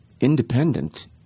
independent